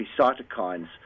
cytokines